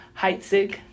Heitzig